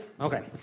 Okay